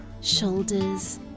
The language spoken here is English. shoulders